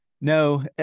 no